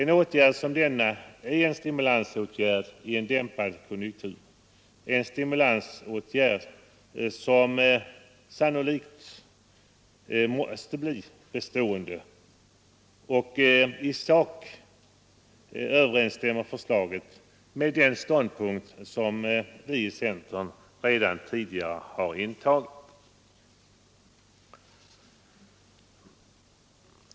En åtgärd som denna är en stimulansåtgärd i en dämpad konjunktur — en stimulansåtgärd som sannolikt måste bli bestående — och i sak överensstämmer förslaget med den ståndpunkt som vi i centern redan tidigare har intagit.